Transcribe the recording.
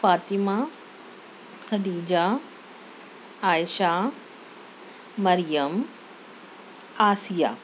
Fatima Khadija Aisha Maryam Asiya